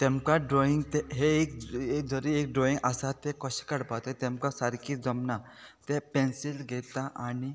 तेमकां ड्रॉइंग ते एक जरी एक ड्रॉइंग आसा ते कशें काडपाचे तेमकां सारके जमना ते पेन्सिल घेता आनी